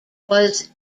was